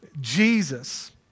Jesus